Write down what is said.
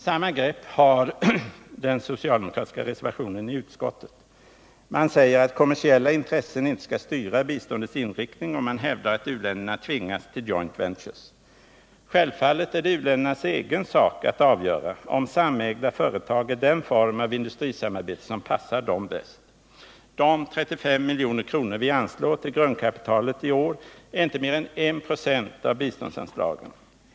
Samma grepp har den socialdemokratiska reservationen i utskottet. Man säger att kommersiella intressen inte skall styra biståndets inriktning och man hävdar att u-länderna tvingas till joint ventures. Självfallet är det uländernas egen sak att avgöra om samägda företag är den form av industrisamarbete som passar dem bäst. De 35 milj.kr. vi anslår till grundkapitalet i år är inte mer än 1 96 av biståndsanslagen.